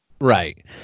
Right